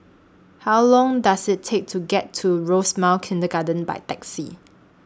How Long Does IT Take to get to Rosemount Kindergarten By Taxi